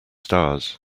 stars